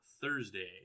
Thursday